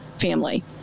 family